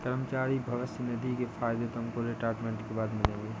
कर्मचारी भविष्य निधि के फायदे तुमको रिटायरमेंट के बाद मिलेंगे